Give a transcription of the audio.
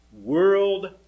World